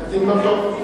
התקדים לא טוב.